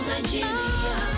Nigeria